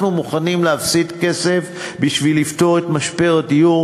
אנחנו מוכנים להפסיד כסף בשביל לפתור את משבר הדיור,